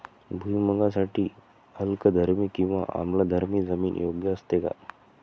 भुईमूगासाठी अल्कधर्मी किंवा आम्लधर्मी जमीन योग्य असते का?